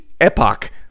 Epoch